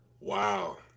Wow